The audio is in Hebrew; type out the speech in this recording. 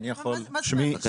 רק